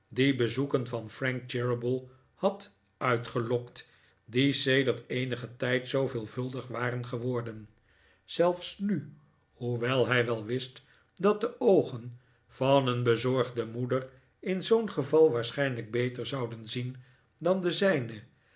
die bezoeken van frank cheeryble had uitgelokt die sedert eenigen tijd zoo veelvuldig waren geworden zelfs nu hoewel hij wel wist dat de oogen van een bezorgde moeder in zoo'n geval waarschijnlijk beter zouden zien dan de zijne